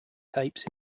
tapes